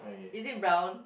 is it brown